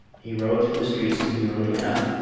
he rode through the streets demurely enough,